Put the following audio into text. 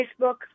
Facebook